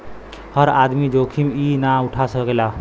हर आदमी जोखिम ई ना उठा सकेला